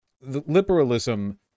Liberalism